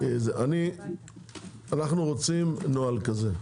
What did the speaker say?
אנחנו רוצים נוהל כזה.